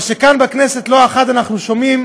מה שכאן, בכנסת, לא אחת אנחנו שומעים,